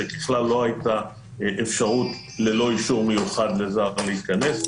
שבכלל לא הייתה לא אפשרות ללא אישור מיוחד לזר להיכנס,